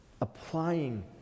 applying